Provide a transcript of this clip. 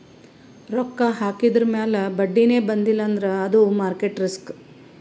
ರೊಕ್ಕಾ ಹಾಕಿದುರ್ ಮ್ಯಾಲ ಬಡ್ಡಿನೇ ಬಂದಿಲ್ಲ ಅಂದ್ರ ಅದು ಮಾರ್ಕೆಟ್ ರಿಸ್ಕ್